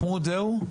מחמוד, זהו?